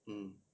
mm